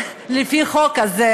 לפי החוק הזה,